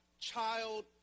child